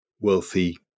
Wealthy